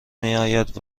میاید